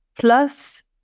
Plus